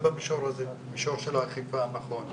במישור של האכיפה נכון,